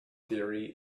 theory